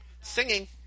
Singing